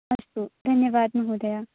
अस्तु धन्यवादः महोदय